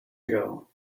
ago